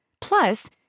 Plus